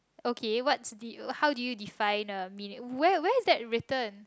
okay what's the how do you define the meaning where where is that written